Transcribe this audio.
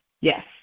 Yes